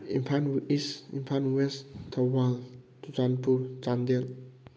Imphal is Imphal west Thoubal Churachandpur Chandel